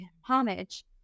homage